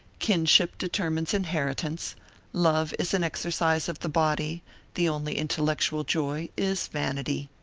kinship determines inheritance love is an exercise of the body the only intellectual joy is vanity.